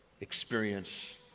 experience